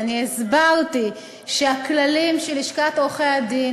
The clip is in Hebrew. כי אני הסברתי שהכללים של לשכת עורכי-הדין